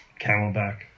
Camelback